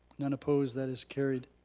none opposed. that is carried.